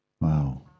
Wow